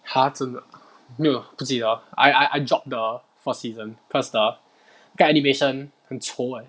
!huh! 真的没有不记得 I I I drop the first season cause the 那个 animation 很丑 leh